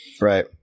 right